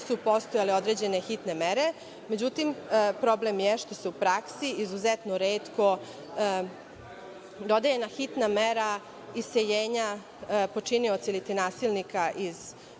su postojale određene hitne mere, međutim, problem je što se u praksi izuzetno retko dodaje hitna mera iseljenja počinioca ili ti nasilnika iz stana